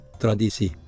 tradisi